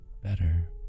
better